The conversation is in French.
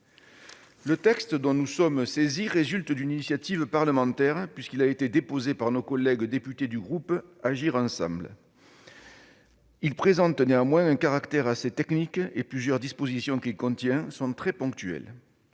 Le texte dont nous sommes saisis résulte d'une initiative parlementaire, puisqu'il a été déposé par nos collègues députés du groupe Agir ensemble. Il présente néanmoins un caractère assez technique et plusieurs dispositions qu'il contient sont très ponctuelles.